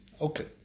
Okay